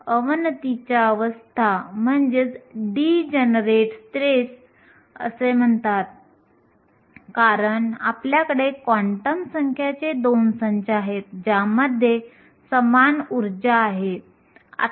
नंतर जेव्हा आपण बाह्य अर्धसंवाहकांकडे पाहू तेव्हा आपल्याला आढळेल की डोपंट्सचे प्रमाण वाढल्याने गतिशीलता कमी होते